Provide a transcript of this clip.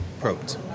Probed